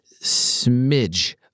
smidge